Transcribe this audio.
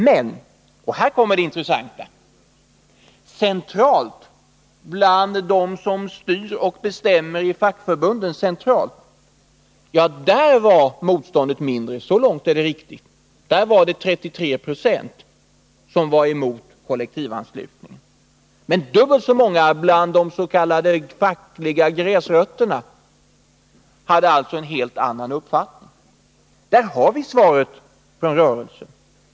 Men — och här kommer det intressanta — centralt, bland dem som styr och bestämmer i fackförbunden, var motståndet mindre. Så långt är det riktigt. 33 20 bland dem var emot kollektivanslutning, men dubbelt så många bland de s.k. fackliga gräsrötterna hade alltså en helt annan uppfattning. Där har vi svaret från rörelsen.